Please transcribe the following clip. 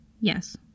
Yes